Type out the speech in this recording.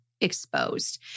exposed